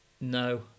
No